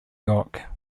york